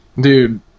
Dude